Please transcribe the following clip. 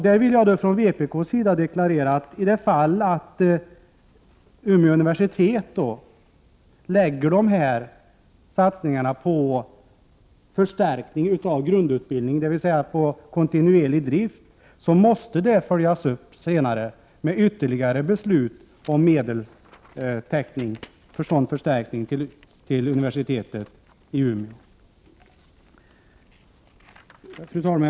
Där vill jag från vpk:s sida deklarera att i det fall Umeå universitet lägger dessa satsningar på förstärkning av grundutbildningen, dvs. på kontinuerlig drift, måste detta följas upp senare av ytterligare beslut om medelstäckning för sådan förstärkning vid universitetet i Umeå. Fru talman!